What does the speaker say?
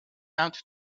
out